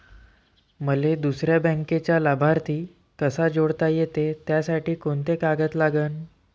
मले दुसऱ्या बँकेचा लाभार्थी कसा जोडता येते, त्यासाठी कोंते कागद लागन?